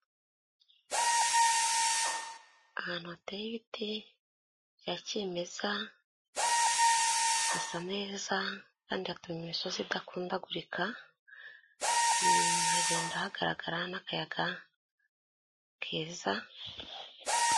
Ahantu hateye ibiti bya kimeza hasa neza kandi hatuma imisozi idakundagurika, hagenda hagaragara n'akayaga keza.